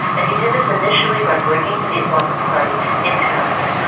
and he did this initially by bringing the islamic party into government.